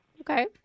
Okay